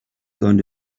going